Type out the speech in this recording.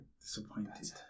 Disappointed